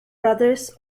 brothers